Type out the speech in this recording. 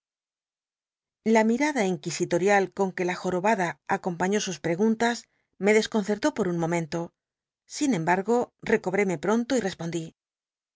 la mirada inquisitorial con que la jorobada acompaiió sus pregu ntas me desconcertó por un momento sin embargo recobréme j ronto y respondí